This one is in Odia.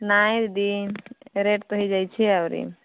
ନାହିଁ ଦିଦି ରେଟ୍ ତ ହୋଇଯାଇଛି ଆହୁରୀ